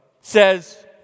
says